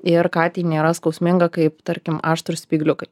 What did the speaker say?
ir katei nėra skausminga kaip tarkim aštrūs spygliukai